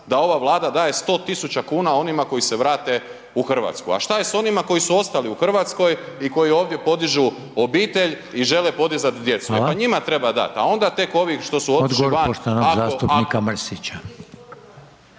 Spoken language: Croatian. odgovor poštovane zastupnice Mrak